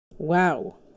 Wow